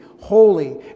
holy